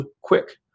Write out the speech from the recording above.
quick